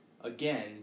again